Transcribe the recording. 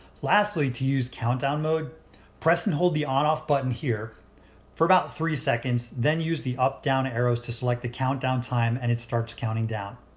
lastly to use countdown mode press and hold the on off button here for about three seconds. then use the up down arrows to select the countdown time and it starts counting down.